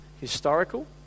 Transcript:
historical